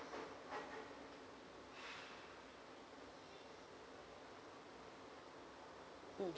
mm